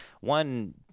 One